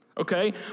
okay